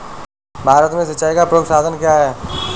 भारत में सिंचाई का प्रमुख साधन क्या है?